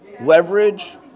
Leverage